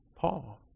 Paul